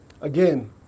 Again